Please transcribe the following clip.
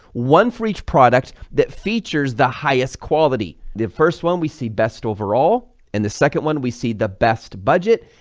one for each product that features the highest quality, the first one we see best overall and the second one, we see the best budget,